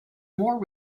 more